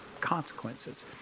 consequences